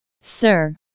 sir